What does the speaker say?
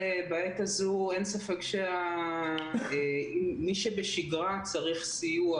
בעת הזו אין ספק שמי שבשגרה צריך סיוע,